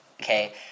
okay